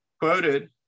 quoted